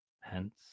hence